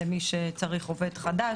למי שצריך עובד חדש,